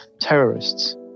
terrorists